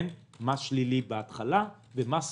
מס שלילי בהתחלה ומס